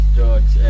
George